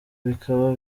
bikaba